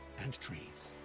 and trees.